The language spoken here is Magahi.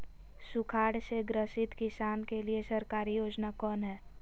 सुखाड़ से ग्रसित किसान के लिए सरकारी योजना कौन हय?